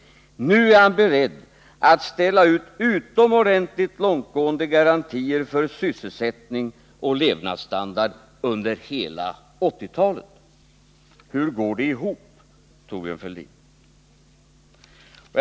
Nu är han beredd att ställa ut utomordentligt långtgående garantier för sysselsättning och levnadsstandard under hela 1980-talet. Hur går det ihop, Thorbjörn Fälldin?